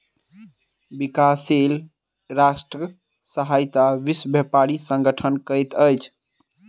विकासशील राष्ट्रक सहायता विश्व व्यापार संगठन करैत अछि